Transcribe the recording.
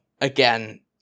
again